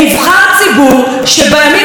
שבימים האלה לא יושב בכנסת,